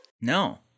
No